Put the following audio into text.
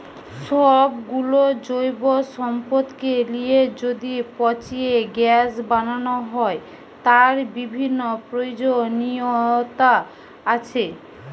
সব গুলো জৈব সম্পদকে লিয়ে যদি পচিয়ে গ্যাস বানানো হয়, তার বিভিন্ন প্রয়োজনীয়তা আছে